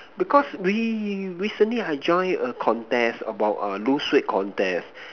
because re~ recently I join a contest about a lose weight contest